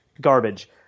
garbage